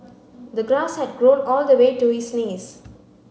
the grass had grown all the way to his knees